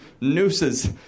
nooses